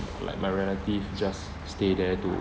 like my relative just stay there to